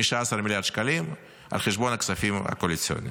15 מיליארד שקלים על חשבון הכספים הקואליציוניים.